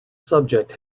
subject